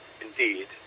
indeed